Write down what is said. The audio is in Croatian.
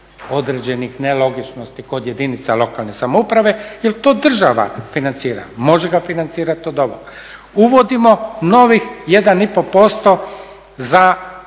određenih nelogičnosti kod jedinica lokalne samouprave jer to država financira, može ga financirati. Uvodimo novih 1,5% za